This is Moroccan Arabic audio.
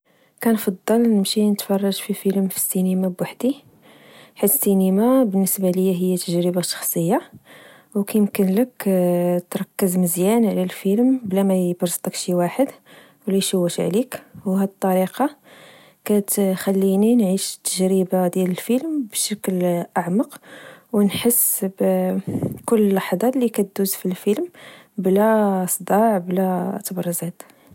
كنفضل نمشي نتفرج في فلم فسينما بوحدي، حيت السينما بالنسبة ليا هي تجربة شخصية. وكيمكن ليك تركز مزيان على الفلم بلاما يبرزطك شواحد ولا يشوش عليك. وهاد الطريقة كتخليني نعيش التجربة ديال الفلم بشكل أعمق، ونحس بكل لحظة لكدوز في الفلم، بلا صداع ، بلا تبرزيط